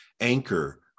anchor